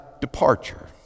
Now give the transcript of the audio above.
departure